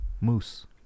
Moose